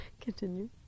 Continue